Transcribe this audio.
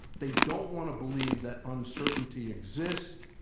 they don't want to believe that uncertainty exists.